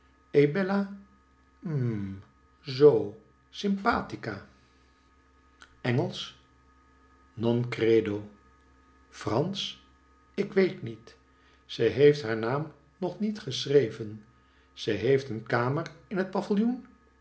hm zoo simpatica engelsch non credo fransch ik weet niet ze heeft haar naam nog niet geschreven ze heeft een kamer in het pavillioen